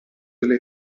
delle